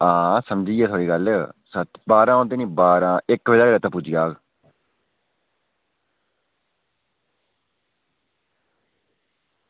हां समझी गेआ थुआढ़ी गल्ल सत्त बारां होंदे नी इक बजे तगर रेता पुज्जी जाह्ग